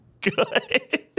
Good